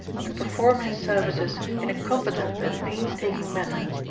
to perform his services in a competent and painstaking manner,